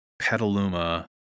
petaluma